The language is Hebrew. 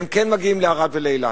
הם כן מגיעים לערד ולאילת,